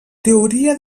teoria